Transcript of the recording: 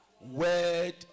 word